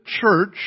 church